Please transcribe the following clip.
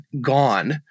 gone